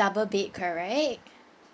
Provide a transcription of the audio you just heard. double bed correct